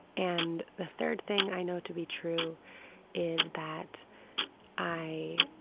and the third thing i know to be true is that i